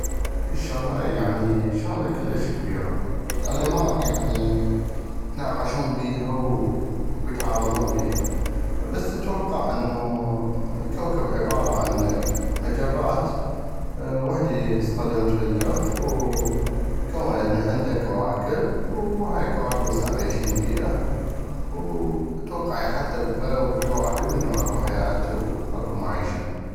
هاي الشغلاي يعني شغلة كلش كبيرة العلماء يعني يتناقشون بيها ويتعارضون بيها بس اتوقع انو الكوكب عبارة عن مجرات وحدي اصطدمت بل الخ وكونت من عندا كواكب وهاي الكواكب هسه عيشين بيها واتوقع حتى يغيغ كواكب اكو حياة واكو معيشة.